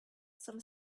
some